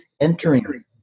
entering